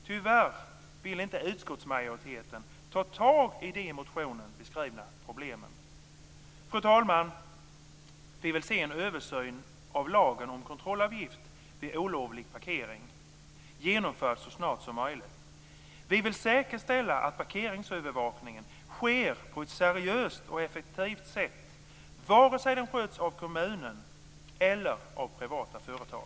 Tyvärr vill inte utskottsmajoriteten ta tag i de i motionen beskrivna problemen. Fru talman! Vi vill se en översyn av lagen om kontrollavgift vid olovlig parkering genomförd så snart som möjligt. Vi vill säkerställa att parkeringsövervakningen sker på ett seriöst och effektivt sätt vare sig den sköts av kommun eller privata företag.